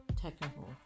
technical